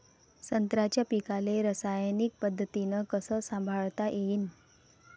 संत्र्याच्या पीकाले रासायनिक पद्धतीनं कस संभाळता येईन?